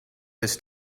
his